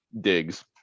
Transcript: digs